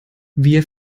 wir